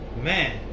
Man